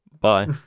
Bye